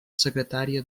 secretària